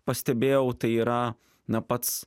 pastebėjau tai yra na pats